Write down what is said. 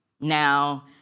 Now